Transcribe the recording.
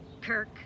Kirk